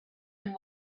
and